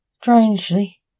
Strangely